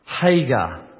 Hagar